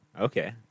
Okay